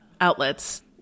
outlets